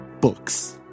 books